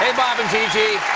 bob and gigi!